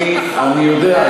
אני יודע,